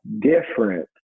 different